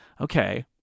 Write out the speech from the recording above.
okay